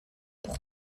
pour